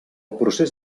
procés